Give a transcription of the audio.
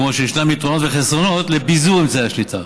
כמו שישנם יתרונות וחסרונות לפיזור אמצעי שליטה.